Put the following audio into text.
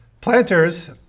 planters